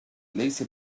ليس